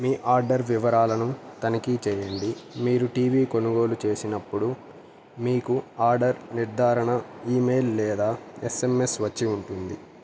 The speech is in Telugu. మీ ఆర్డర్ వివరాలను తనిఖీ చేయండి మీరు టీవీ కొనుగోలు చేసినప్పుడు మీకు ఆర్డర్ నిర్ధారణ ఈమెయిల్ లేదా ఎస్ ఏం ఎస్ వచ్చి ఉంటుంది